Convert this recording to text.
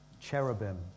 cherubim